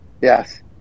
yes